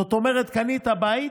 זאת אומרת, קנית בית,